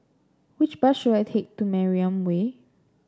which bus should I take to Mariam Way